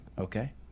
Okay